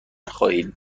خواهید